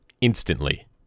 instantly